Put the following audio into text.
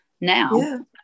now